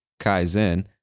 Kaizen